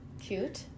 Cute